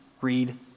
read